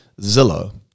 Zillow